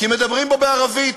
כי מדברים פה בערבית.